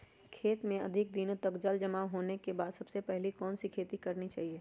खेत में अधिक दिनों तक जल जमाओ होने के बाद सबसे पहली कौन सी खेती करनी चाहिए?